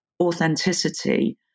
authenticity